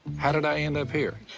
how did i end up here?